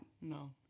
No